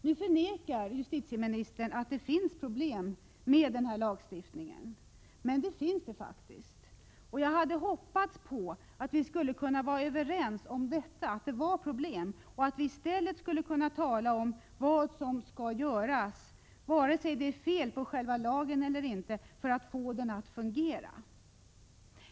Nu förnekar justitieministern att det finns problem med denna lagstiftning. Men det finns det faktiskt. Jag hade hoppats på att vi skulle kunna vara överens om att det finns problem och att vi i stället skulle kunna tala om vad som skall göras, vare sig det är fel på själva lagen eller inte, för att få den att fungera.